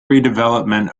redevelopment